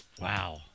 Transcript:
Wow